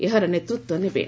ଏହାର ନେତୃତ୍ୱ ନେବେ